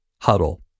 Huddle